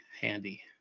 handy